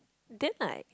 then like